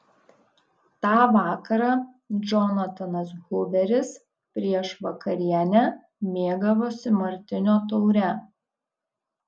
tą vakarą džonatanas huveris prieš vakarienę mėgavosi martinio taure